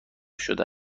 شده